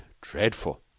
dreadful